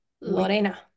Lorena